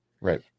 Right